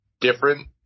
different